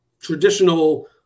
traditional